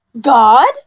God